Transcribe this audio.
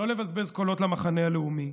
לא לבזבז קולות למחנה הלאומי,